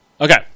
Okay